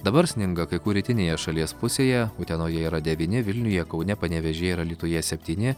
dabar sninga kai kur rytinėje šalies pusėje utenoje yra devyni vilniuje kaune panevėžyje ir alytuje septyni